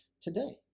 today